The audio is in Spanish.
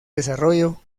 desarrollo